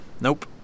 Nope